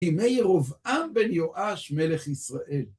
ימי ירובעם בן יואש מלך ישראל.